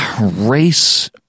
Race